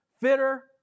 fitter